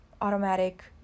automatic